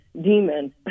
demon